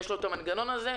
יש לו את המנגנון הזה.